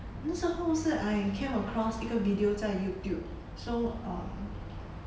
那时候是 I came across 一个 video 在 youtube so um